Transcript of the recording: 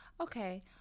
okay